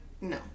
No